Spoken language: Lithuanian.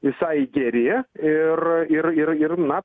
visai geri ir ir ir ir na